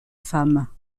femme